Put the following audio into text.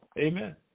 Amen